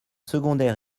secondaire